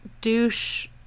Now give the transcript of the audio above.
Douche